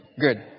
Good